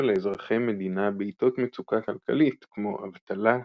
לאזרחי מדינה בעיתות מצוקה כלכלית כמו אבטלה,